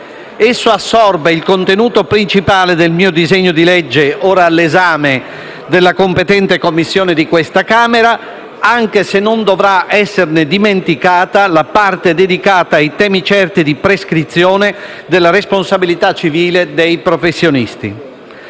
Esso assorbe il contenuto principale del mio disegno di legge, ora all'esame della competente Commissione di questa Camera, anche se non dovrà esserne dimenticata la parte dedicata ai tempi certi di prescrizione della responsabilità civile dei professionisti.